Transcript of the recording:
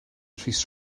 rhys